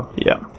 yeah.